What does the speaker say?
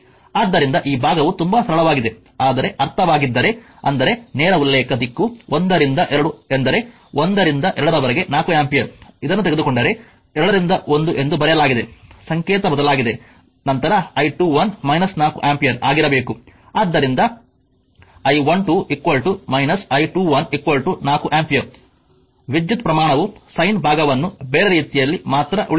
ಆದ್ದರಿಂದ ಈ ಭಾಗವು ತುಂಬಾ ಸರಳವಾಗಿದೆ ಆದರೆ ಅರ್ಥವಾಗಿದ್ದರೆಅಂದರೆ ನೇರ ಉಲ್ಲೇಖ ದಿಕ್ಕು 1 ರಿಂದ 2 ಎಂದರೆ 1 ರಿಂದ 2 ವರೆಗೆ 4 ಆಂಪಿಯರ್ ಇದನ್ನು ತೆಗೆದುಕೊಂಡರೆ 2 ರಿಂದ 1 ಎಂದು ಬರೆಯಲಾಗಿದೆ ಸಂಕೇತ ಬದಲಾಗಿದೆ ನಂತರI21 4 ಆಂಪಿಯರ್ ಆಗಿರಬೇಕು ಆದ್ದರಿಂದ I12 I21 4 ಆಂಪಿಯರ್ ವಿದ್ಯುತ್ ಪ್ರಮಾಣವು ಸೈನ್ ಭಾಗವನ್ನು ಬೇರೆ ರೀತಿಯಲ್ಲಿ ಮಾತ್ರ ಉಳಿಯುತ್ತದೆ